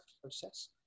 process